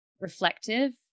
reflective